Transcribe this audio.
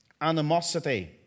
animosity